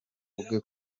bavuge